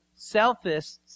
selfists